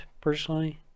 personally